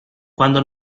quando